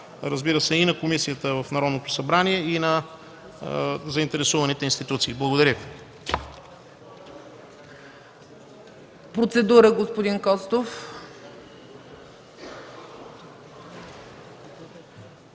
предоставена и на комисията в Народното събрание, и на заинтересованите институции. Благодаря.